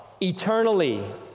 eternally